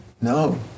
No